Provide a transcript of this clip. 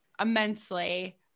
immensely